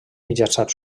mitjançant